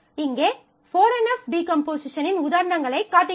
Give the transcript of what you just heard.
இங்கே 4 NF டீகம்போசிஷனின் உதாரணங்களைக் காட்டுகிறோம்